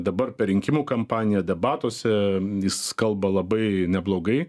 dabar per rinkimų kampaniją debatuose jis kalba labai neblogai